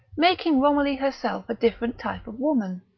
making romilly herself a different type of woman.